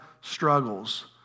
struggles